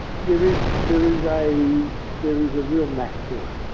there is there is a there is a real knack to it.